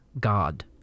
God